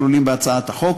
הכלולים בהצעת החוק,